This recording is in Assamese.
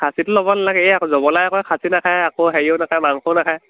খাচীটো ল'ব নালাগে এই আকৌ জবলাই আকৌ খাচী নাখায় আকৌ হেৰিও নাখায় মাংসও নাখায়